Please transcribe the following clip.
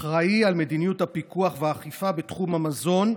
אחראי למדיניות הפיקוח והאכיפה בתחום המזון,